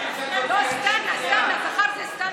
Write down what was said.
זכר זה,